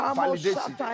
validation